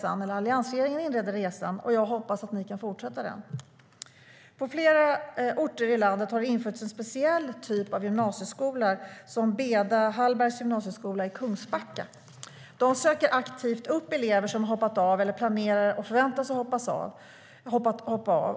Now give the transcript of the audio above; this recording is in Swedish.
Alliansregeringen inledde resan, och jag hoppas att ni kan fortsätta den. På flera orter i landet har det införts en speciell typ av gymnasieskolor, som Beda Hallbergs gymnasium i Kungsbacka. Där söker man aktivt upp elever som har hoppat av eller planerar att och förväntas hoppa av.